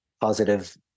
positive